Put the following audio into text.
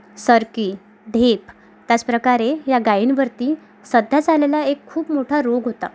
सरकी ढेप त्याचप्रकारे या गायींवरती सध्याच आलेला एक खूप मोठा रोग होता